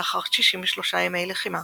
לאחר 63 ימי לחימה